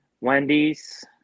Wendy's